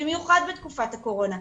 במיוחד בתקופת הקורונה,